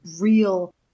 real